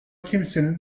kimsenin